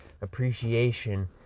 appreciation